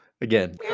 again